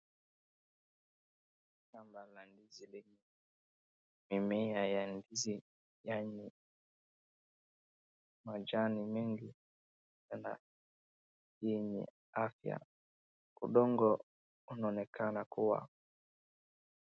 Shamba la ndizi lenye mimea ya ndizi yenye majani mengi ama yenye afya. Udongo unaonekana kuwa...